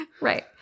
Right